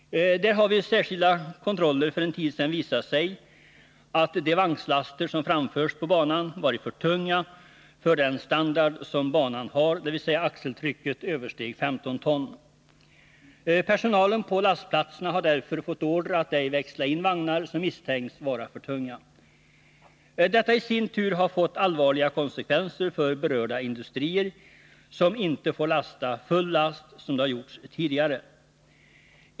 Det har vid särskilda kontroller för en tid sedan visat sig att de vagnslaster som framförs på banan varit för tunga för den standard som banan har — dvs. axeltrycket översteg 15 ton. Personalen på lastplatserna har därför fått order att ej växla in vagnar som misstänks vara för tunga. Detta har i sin tur fått allvarliga konsekvenser för berörda industrier som inte får lasta full last, som de har gjort tidigare.